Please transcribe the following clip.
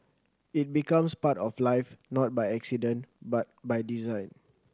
it becomes part of life not by accident but by design